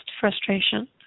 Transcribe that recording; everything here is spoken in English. frustration